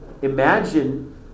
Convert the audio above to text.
Imagine